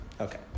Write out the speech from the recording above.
Okay